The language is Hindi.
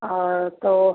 और तो